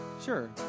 Sure